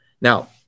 Now